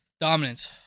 Dominance